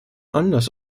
anders